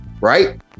Right